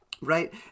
Right